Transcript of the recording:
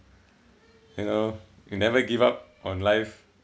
you know you never give up on life